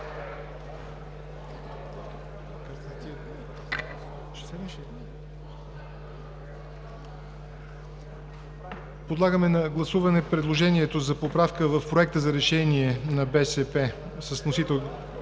подлагам на гласуване предложението за поправка в Проекта за решение на БСП с вносител